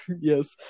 yes